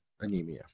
anemia